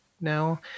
now